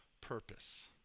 purpose